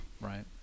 Right